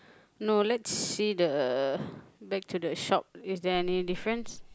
no let's see the back to the shop is there any difference